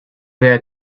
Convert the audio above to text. there